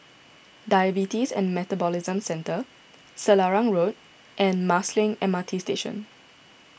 Diabetes and Metabolism Centre Selarang Road and Marsiling M R T Station